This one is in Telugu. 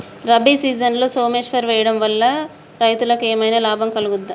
రబీ సీజన్లో సోమేశ్వర్ వేయడం వల్ల రైతులకు ఏమైనా లాభం కలుగుద్ద?